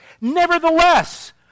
Nevertheless